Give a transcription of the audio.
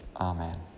Amen